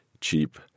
cheap